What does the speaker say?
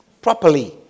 properly